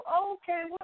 Okay